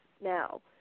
now